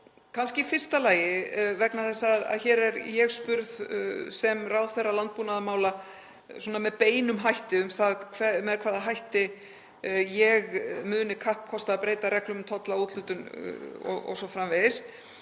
Kannski í fyrsta lagi, vegna þess að hér er ég spurð sem ráðherra landbúnaðarmála með beinum hætti um það með hvaða hætti ég muni kappkosta að breyta reglum um tolla á úthlutun o.s.frv.,